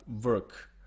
work